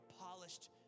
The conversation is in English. polished